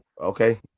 okay